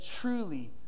truly